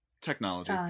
Technology